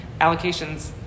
allocations